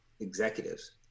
executives